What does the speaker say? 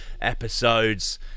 episodes